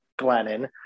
Glennon